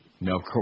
No